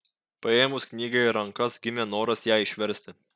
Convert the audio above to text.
paėmus knygą į rankas gimė noras ją išversti